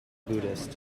buddhist